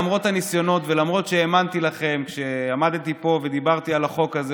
למרות הניסיונות ולמרות שהאמנתי לכם כשעמדתי פה ודיברתי על החוק הזה,